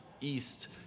east